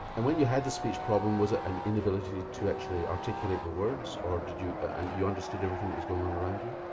and when you had the speech problem was it an inability to actually articulate the words or did you ah you understand everything that was going on around you?